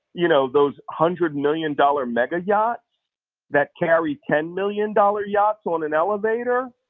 you know, those hundred million-dollar mega yachts that carry ten million-dollar yachts on an elevator,